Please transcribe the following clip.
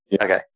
Okay